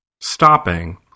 stopping